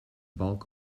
balk